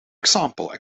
example